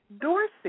Dorsey